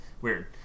Weird